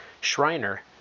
Shriner